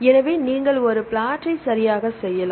எனவே நீங்கள் ஒரு பிளாட்டைச் சரியாக செய்யலாம்